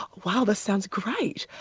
wow, that sounds great!